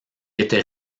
était